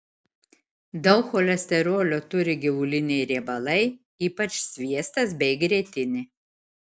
daug cholesterolio turi gyvuliniai riebalai ypač sviestas bei grietinė